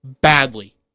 badly